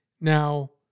Now